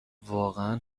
واقعا